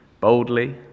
boldly